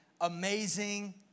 amazing